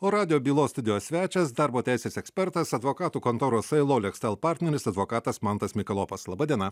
o radijo bylos studijos svečias darbo teisės ekspertas advokatų kontoros ailolekstel partneris advokatas mantas mikalopas laba diena